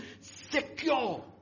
secure